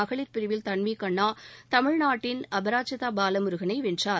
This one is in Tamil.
மகளிர் பிரிவில் தன்வீ கன்னா தமிழ்நாட்டின் அபராஜிதா பாலமுருகனை வென்றார்